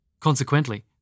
Consequently